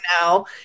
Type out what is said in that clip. now